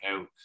out